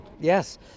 yes